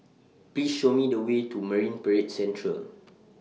Please Show Me The Way to Marine Parade Central